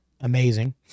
amazing